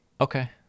Okay